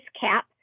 cap